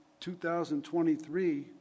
2023